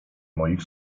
moich